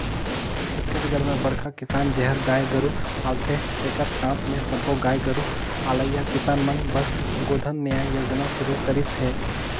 छत्तीसगढ़ में बड़खा किसान जेहर गाय गोरू पालथे तेखर साथ मे सब्बो गाय गोरू पलइया किसान मन बर गोधन न्याय योजना सुरू करिस हे